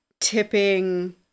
tipping